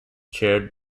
chaired